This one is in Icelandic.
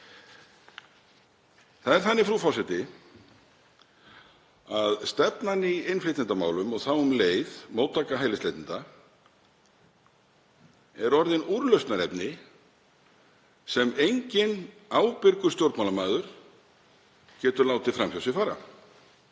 beinlínis um. Frú forseti. Stefnan í innflytjendamálum og þá um leið móttaka hælisleitenda er orðin úrlausnarefni sem enginn ábyrgur stjórnmálamaður getur látið fram hjá sér fara.